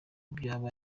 byaba